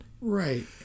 Right